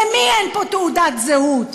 למי אין פה תעודת זהות?